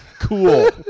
Cool